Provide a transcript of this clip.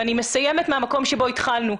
אני מסיימת מהמקום שבו התחלנו.